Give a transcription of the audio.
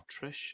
Trish